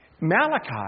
Malachi